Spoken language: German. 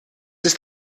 ist